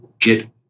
get